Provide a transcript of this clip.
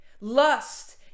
lust